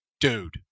dude